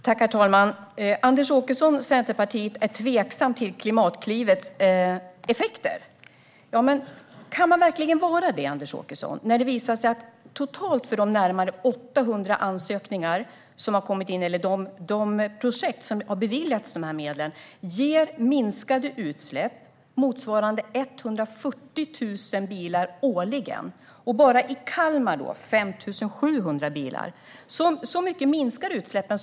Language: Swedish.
Herr talman! Anders Åkesson från Centerpartiet är tveksam till Klimatklivets effekter. Men kan man verkligen vara det när det visar sig att närmare 800 ansökningar har kommit in och att de projekt som har beviljats medel ger minskade utsläpp som motsvarar 140 000 bilar årligen? Bara i Kalmar blir det 5 700 bilar - så mycket minskar utsläppen.